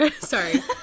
Sorry